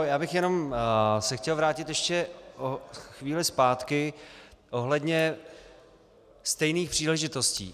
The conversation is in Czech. Já bych se jenom chtěl vrátit ještě o chvíli zpátky ohledně stejných příležitostí.